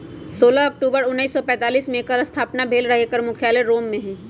सोलह अक्टूबर उनइस सौ पैतालीस में एकर स्थापना भेल रहै एकर मुख्यालय रोम में हइ